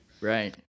Right